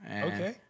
Okay